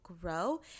grow